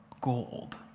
gold